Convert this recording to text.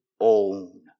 own